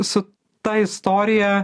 su ta istorija